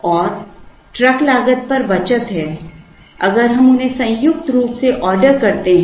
और ट्रक लागत पर बचत है अगर हम उन्हें संयुक्त रूप से ऑर्डर करते हैं